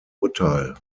urteil